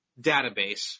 database